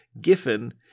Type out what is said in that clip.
Giffen